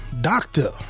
Doctor